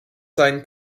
sein